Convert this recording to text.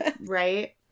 Right